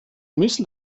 müssen